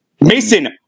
Mason